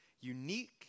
unique